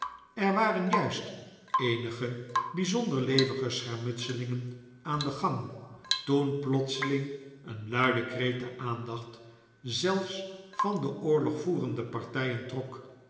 er waren juist eenige bijzonder levendige schermutselingen aan den gang toen plotseling een luide kreet de aandacht zelfs van de oorlogvoerende partijen trok